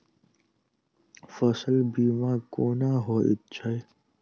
फसल बीमा कोना होइत छै?